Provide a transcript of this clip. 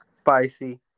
spicy